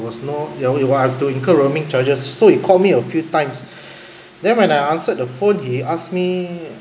was no you I would have to incur roaming charges so he called me a few times then when I answered the phone he asked me